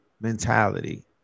mentality